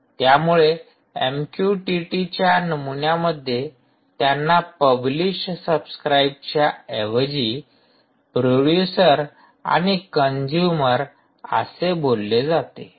त्यामुळे एमक्यूटीटीच्या नमुन्यामध्ये त्यांना पब्लिश सबस्क्राईबच्या ऐवजी प्रोड्यूसर आणि कंजूमर असे बोलले जाते